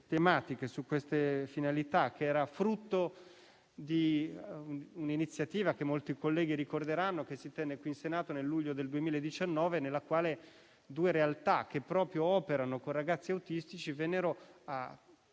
tematiche e finalità, frutto di un'iniziativa che molti colleghi ricorderanno che si tenne qui in Senato nel luglio del 2019, nella quale due realtà che operano con ragazzi autistici, PizzAut e